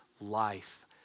life